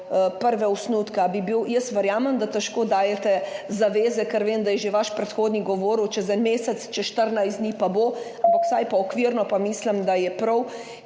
prve osnutke zakona? Jaz verjamem, da težko dajete zaveze, ker vem, da je že vaš predhodnik govoril, čez en mesec, čez 14 dni pa bo, ampak vsaj okvirno pa mislim, da je prav,